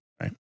Right